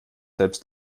selbst